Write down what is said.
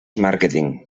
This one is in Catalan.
màrqueting